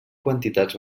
quantitats